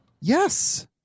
Yes